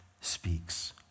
speaks